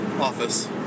office